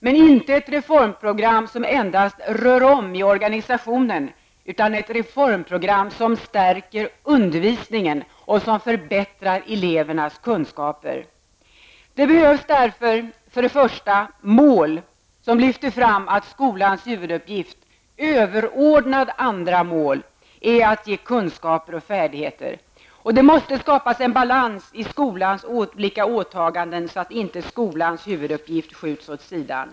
Men inte ett reformprogram som endast rör om i organisationen, utan ett reformprogram som stärker undervisningen och förbättrar elevernas kunskaper. Det behövs därför för det första mål som lyfter fram att skolans huvuduppgift -- överordnad andra mål -- är att ge kunskaper och färdigheter. Det måste skapas en balans i skolans olika åtaganden så att inte skolans huvuduppgift skjuts åt sidan.